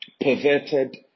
perverted